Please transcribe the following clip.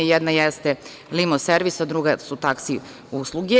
Jedna jeste Limo servis, a druga su taksi usluge.